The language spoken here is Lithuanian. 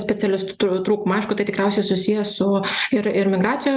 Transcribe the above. specialistų tru trūkumą aišku tai tikriausiai susiję su ir ir migracijom